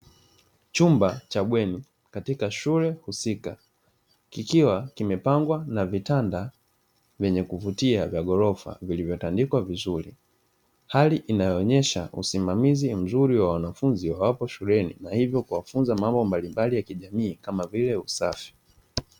Chumba cha bweni katika shule husika. Kikiwa kimepangwa na vitanda vyenye kuvutia vya ghorofa vilivyotandikwa vizuri. Hali inayoonyesha usimamizi mzuri wa wanafunzi wa hapo shuleni. Na hivyo kuwafunza mambo mbalimbali ya kijamii kama vile usafi.